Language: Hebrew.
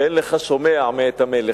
"ואין לך שומע מאת המלך".